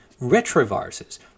retroviruses